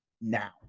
now